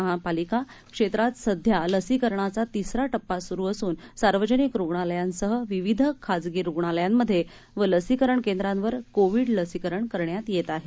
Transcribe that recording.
महानगरपालिका क्षेत्रात सध्या लसीकरणाचा तिसरा टप्पा सुरु असून सार्वजनिक रुग्णालयांसह विविध खासगी रुग्णालयांमध्ये व लसीकरण केंद्रावर कोविड लसीकरण करण्यात येत आहे